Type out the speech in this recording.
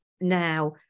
now